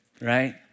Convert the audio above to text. Right